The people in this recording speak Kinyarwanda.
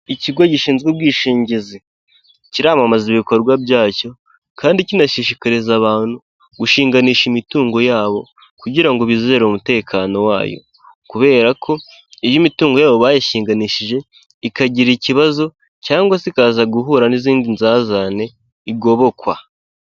Ikigo gishinzwe ubwishingizi kiramamaza ibikorwa byacyo kandi kinashishikariza abantu gushinganisha imitungo yabo kugira ngo bizere umutekano wayo kubera ko iyo imitungo yabo bayishinganishije ikagira ikibazo cyangwa se ikaza guhura n'izindi nzazane igobokwa.